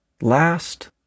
Last